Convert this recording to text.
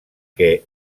què